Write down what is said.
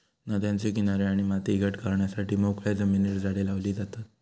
नद्यांचे किनारे आणि माती घट करण्यासाठी मोकळ्या जमिनीर झाडे लावली जातत